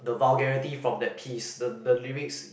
the vulgarity from that piece the the lyrics